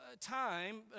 time